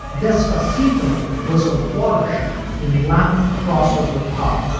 despacito was a watershed in latin crossover pop.